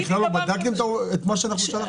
מה, אתם בכלל לא בדקתם את מה שאנחנו שלחנו?